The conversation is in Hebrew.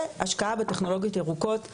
והשקעה בטכנולוגיות ירוקות מקיימות,